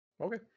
Okay